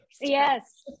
Yes